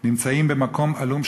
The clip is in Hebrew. נמצאים במקום עלום,